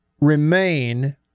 remain –